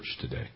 today